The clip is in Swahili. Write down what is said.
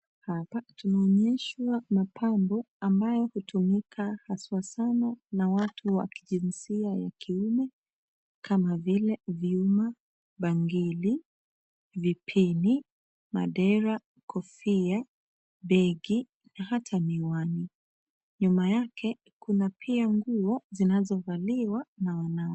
Hapa tunaonyeshwa mapambo ambayo hutumika haswa sana na watu wa kijinsia ya kiume kama vile vyuma, bangili, vipini, madera, kofia, begi na hata miwani. Nyuma yake kuna pia nguo zinazovaliwa na wamama.